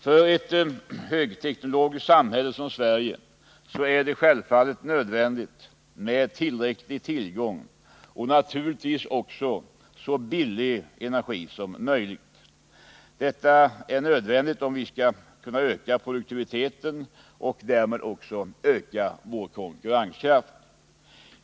För ett högteknologiskt samhälle som Sverige är det nödvändigt med tillräcklig tillgång till energi och naturligtvis så billig energi som möjligt. Detta är nödvändigt om vi skall kunna öka produktiviteten och därmed också vår konkurrenskraft.